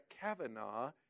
Kavanaugh